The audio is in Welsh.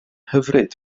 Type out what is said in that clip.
hyfryd